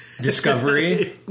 Discovery